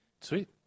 Sweet